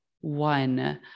one